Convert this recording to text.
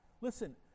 Listen